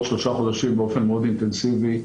שלושה חודשים באופן מאוד אינטנסיבי.